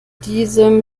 diesem